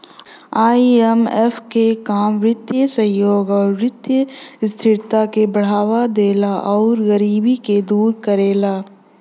IMF क काम वित्तीय सहयोग आउर वित्तीय स्थिरता क बढ़ावा देला आउर गरीबी के दूर करेला